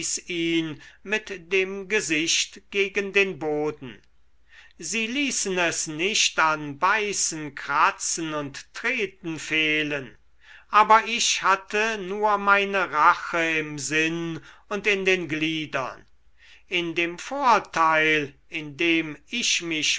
mit dem gesicht gegen den boden sie ließen es nicht an beißen kratzen und treten fehlen aber ich hatte nur meine rache im sinn und in den gliedern in dem vorteil in dem ich mich